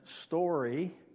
story